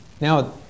Now